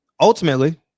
Ultimately